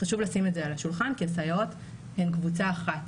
חשוב לשים את זה על השולחן כי הסייעות הן קבוצה אחת